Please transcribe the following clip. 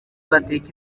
bateka